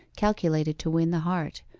calculated to win the heart,